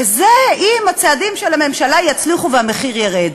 וזה, אם הצעדים של הממשלה יצליחו והמחיר ירד.